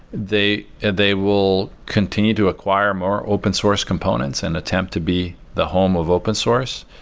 they and they will continue to acquire more open source components and attempt to be the home of open source.